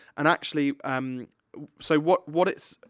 and, actually, um so, what, what it's,